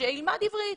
שילמד עברית.